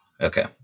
Okay